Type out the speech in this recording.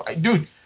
dude